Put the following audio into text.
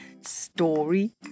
Story